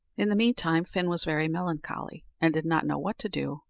in the meantime, fin was very melancholy, and did not know what to do,